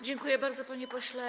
Dziękuję bardzo, panie pośle.